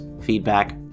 feedback